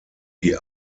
die